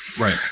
right